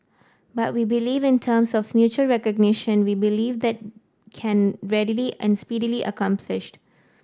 but we believe in terms of mutual recognition we believe that can readily and speedily accomplished